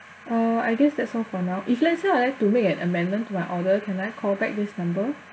uh I guess that's all for now if let's say I would like to make an amendment to my order can I call back this number